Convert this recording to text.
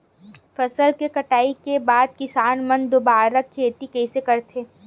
फसल के कटाई के बाद किसान मन दुबारा खेती कइसे करथे?